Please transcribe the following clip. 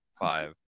Five